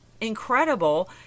incredible